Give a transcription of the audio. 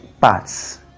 parts